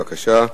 בבקשה.